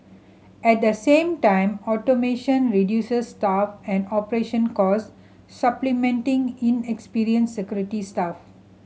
at the same time automation reduces staff and operating cost supplementing inexperienced security staff